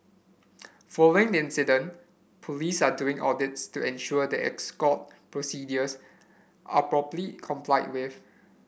following incident police are doing audits to ensure that escort procedures are properly complied with